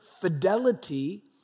fidelity